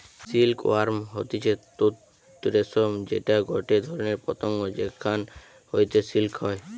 silk worm হতিছে তুত রেশম যেটা গটে ধরণের পতঙ্গ যেখান হইতে সিল্ক হয়